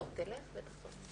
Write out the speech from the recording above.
נמוכה מכמות השעות הכללית.